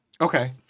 Okay